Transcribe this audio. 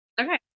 Okay